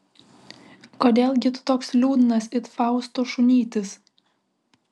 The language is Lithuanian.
kodėl gi tu toks liūdnas it fausto šunytis